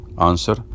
answer